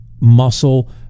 muscle